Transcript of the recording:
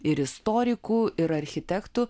ir istorikų ir architektų